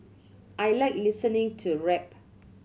I like listening to rap